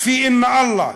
"פיהם אללה",